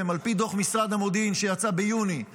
על פי דוח משרד המודיעין שיצא ביוני 2021,